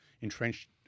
entrenched